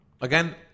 Again